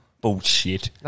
Bullshit